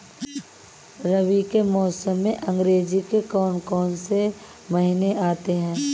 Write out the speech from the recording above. रबी के मौसम में अंग्रेज़ी के कौन कौनसे महीने आते हैं?